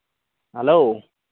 hello